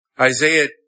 Isaiah